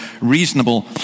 reasonable